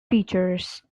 features